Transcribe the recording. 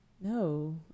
no